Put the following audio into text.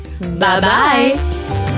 Bye-bye